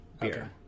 beer